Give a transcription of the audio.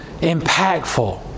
impactful